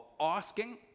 asking